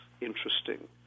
interesting